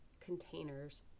containers